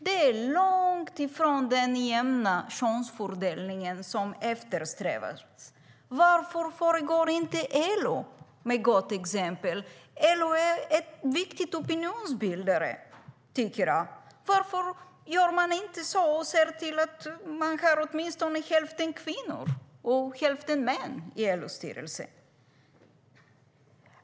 Det är långt ifrån den jämna könsfördelning som eftersträvas. Varför föregår inte LO med gott exempel? LO är en viktig opinionsbildare. Varför gör man inte det och ser till att man har hälften kvinnor och hälften män i LO:s styrelse?